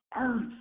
earth